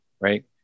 Right